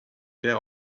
pair